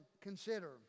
consider